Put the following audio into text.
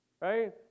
Right